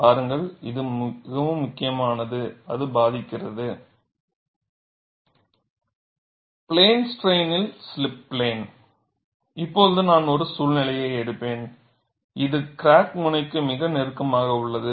பாருங்கள் இது மிகவும் முக்கியமானது அது பாதிக்கிறது பிளேன் ஸ்ட்ரைனில் சிலிப் பிளேன் இப்போது நான் ஒரு சூழ்நிலையை எடுப்பேன் இது கிராக் முனைக்கு மிக நெருக்கமாக உள்ளது